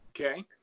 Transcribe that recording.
Okay